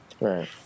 Right